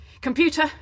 Computer